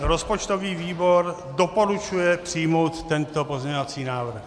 Rozpočtový výbor doporučuje přijmout tento pozměňovací návrh.